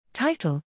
Title